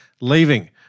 leaving